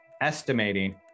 estimating